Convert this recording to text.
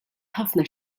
ħafna